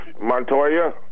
Montoya